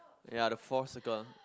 ya the four circle